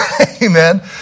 amen